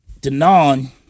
Denon